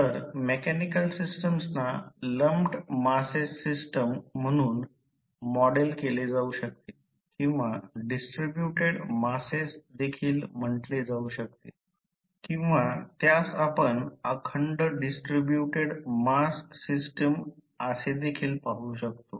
तर मेकॅनिकल सिस्टम्सना lumped masses systems म्हणून मॉडेल केले जाऊ शकते किंवा डिस्ट्रीब्युटेड मासेस देखील म्हटले जाऊ शकते किंवा त्यास आपण अखंड डिस्ट्रीब्युटेड मास सिस्टम्स असे देखील पाहू शकतो